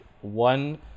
one